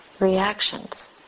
reactions